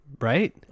right